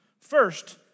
First